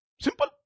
Simple